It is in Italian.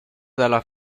dal